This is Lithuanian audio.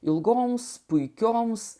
ilgoms puikioms